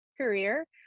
career